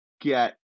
get